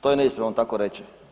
To je neispravno tako reći.